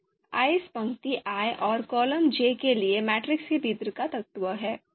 eyes पंक्ति i और column j के लिए मैट्रिक्स के भीतर का तत्व है